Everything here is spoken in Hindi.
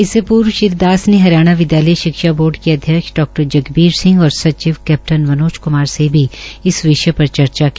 इससे पूर्व श्री दास ने हरियाणा विद्यालय शिक्षा बोर्ड के अध्यक्ष डॉ जगबीर सिंह और सचिव कै मनोज क्मार से भी इस विषय पर चर्चा की